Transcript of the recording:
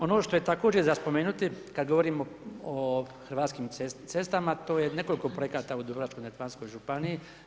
Ono što je također za spomenuti kada govorimo o Hrvatskim cestama, to je nekoliko projekata u Dubrovačko-neretvanskoj županiji.